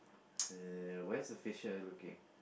say where's the fisher looking